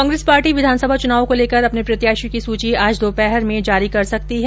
Congress party विधानसभा चुनावों का लेकर अपने प्रत्याशियों की सूची आज दोपहर में जारी होने की संभावना है